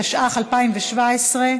התשע"ח 2017,